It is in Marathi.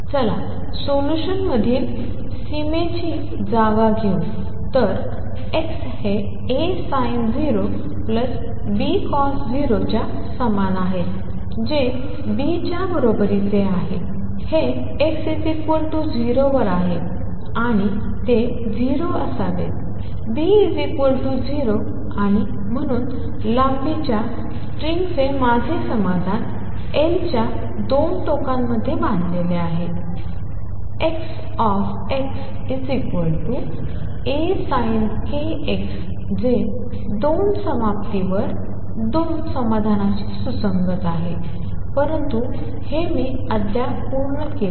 चला या सोल्युशनमधील सीमेची जागा घेऊ तर X हे A sin 0 B cos 0 च्या समान आहे जे B च्या बरोबरीचे आहे हे x 0 वर आहे आणि ते 0 असावेत B 0 आणि म्हणून लांबीच्या या स्ट्रिंगचे माझे समाधान L च्या 2 टोकांमध्ये बांधलेले आहे X A sin k x जे 2 समाप्तींवर 0 समाधानाशी सुसंगत आहे परंतु हे मी अद्याप पूर्ण केले नाही